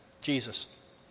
Jesus